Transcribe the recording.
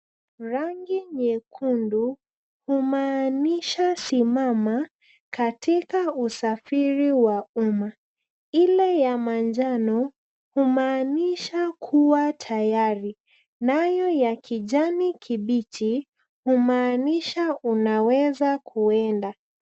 Rangi nyekundu kumanisha simama katika usafiri wa umma. Ile ya manjano kumanisha kuwa tayari nayo ya kijani kibichi kumanisha unaweza kuenda.